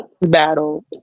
battle